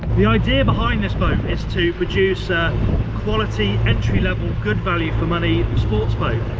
the idea behind this boat is to produce a quality, entry-level, good value for money sportsboat.